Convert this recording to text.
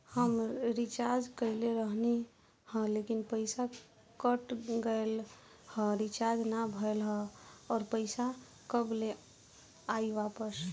हम रीचार्ज कईले रहनी ह लेकिन पईसा कट गएल ह रीचार्ज ना भइल ह और पईसा कब ले आईवापस?